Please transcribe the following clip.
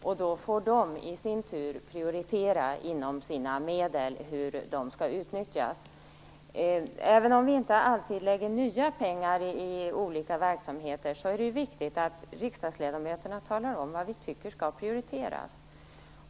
Sedan får de i sin tur prioritera inom sina medel hur de skall utnyttjas. Även om vi inte alltid anslår nya pengar till olika verksamheter är det viktigt att vi riksdagsledamöter talar om vad vi anser skall prioriteras.